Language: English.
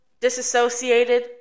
disassociated